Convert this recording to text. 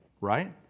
right